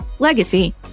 Legacy